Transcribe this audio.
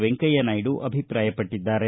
ವೆಂಕಯ್ಯ ನಾಯ್ಡ ಅಭಿಪ್ರಾಯಪಟ್ಟಿದ್ದಾರೆ